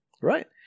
Right